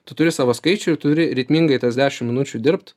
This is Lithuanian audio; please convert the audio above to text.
tu turi savo skaičių turi ritmingai tas dešimt minučių dirbti